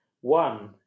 one